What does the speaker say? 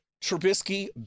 Trubisky